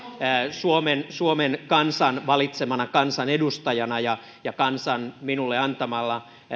suomen suomen kansan valitsemana kansanedustajana ja ja kansan minulle antamalla